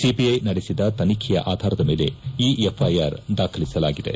CBI ನಡೆಸಿದ ತನಿಖೆಯ ಆಧಾರದ ಮೇಲೆ ಈ ಎಫ್ಐಆರ್ ದಾಖಲಿಸಲಾಗಿದೆ